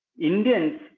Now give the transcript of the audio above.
Indians